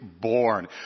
born